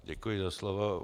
Děkuji za slovo.